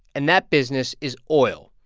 and that business is oil.